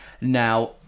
Now